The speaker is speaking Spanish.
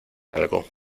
algo